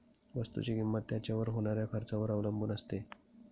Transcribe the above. वस्तुची किंमत त्याच्यावर होणाऱ्या खर्चावर अवलंबून असते